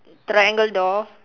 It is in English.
triangle door